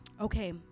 Okay